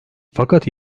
fakat